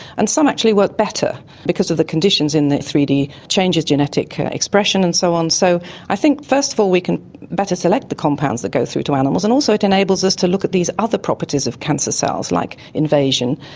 and some actually work better because of the conditions in the three d changes genetic expression and so on. so i think first of all we can better select the compounds that go through to animals, and also it enables us to look at these other properties of cancer cells, like invasion,